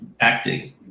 acting